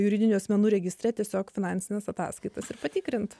juridinių asmenų registre tiesiog finansines ataskaitas ir patikrint